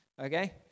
okay